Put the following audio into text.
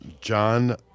John